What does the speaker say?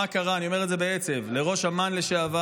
מה קרה, אני אומר את זה בעצב, לראש אמ"ן לשעבר?